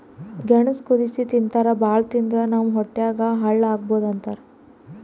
ಗೆಣಸ್ ಕುದಸಿ ತಿಂತಾರ್ ಭಾಳ್ ತಿಂದ್ರ್ ನಮ್ ಹೊಟ್ಯಾಗ್ ಹಳ್ಳಾ ಆಗಬಹುದ್ ಅಂತಾರ್